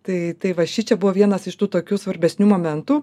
tai tai va šičia buvo vienas iš tų tokių svarbesnių momentų